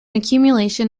accumulation